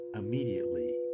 immediately